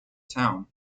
town